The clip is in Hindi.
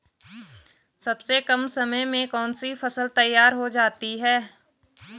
सबसे कम समय में कौन सी फसल तैयार हो जाती है?